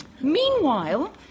Meanwhile